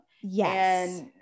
Yes